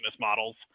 models